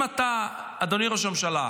אם אתה, אדוני ראש הממשלה,